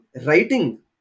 writing